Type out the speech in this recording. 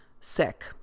sick